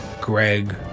Greg